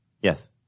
Yes